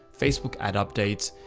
facebook ad updates,